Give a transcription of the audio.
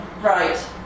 Right